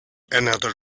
another